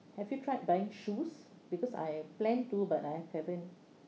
have you tried buying shoes because I plan to but I haven't